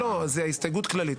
לא, זאת הסתייגות כללית.